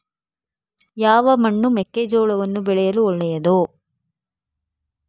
ಯಾವ ಮಣ್ಣು ಮೆಕ್ಕೆಜೋಳವನ್ನು ಬೆಳೆಯಲು ಒಳ್ಳೆಯದು?